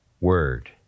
word